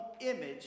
image